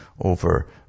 over